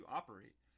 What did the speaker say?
operate